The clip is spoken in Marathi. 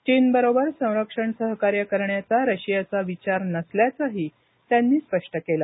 चीनबरोबर संरक्षण सहकार्य करार करण्याचा रशियाचा विचार नसल्याचंही त्यांनी स्पष्ट केलं